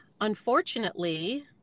unfortunately